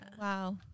Wow